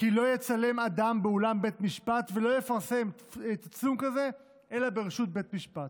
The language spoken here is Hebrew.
"לא יצלם אדם באולם בית משפט ולא יפרסם תצלום כזה אלא ברשות בית משפט".